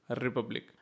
republic